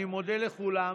אני מודה לכולם.